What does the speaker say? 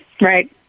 Right